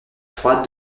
froide